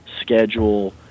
schedule